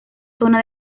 zona